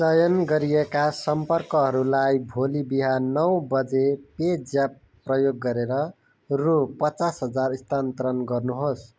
चयन गरिएका सम्पर्कहरूलाई भोलि बिहान नौ बजे पे ज्याप प्रयोग गरेर रु पचास हजार स्थानान्तरण गर्नुहोस्